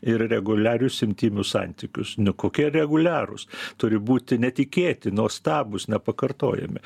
ir reguliarius intymius santykius nu kokie reguliarūs turi būti netikėti nuostabūs nepakartojami